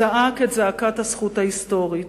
זעק את הזכות ההיסטורית.